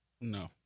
No